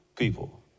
people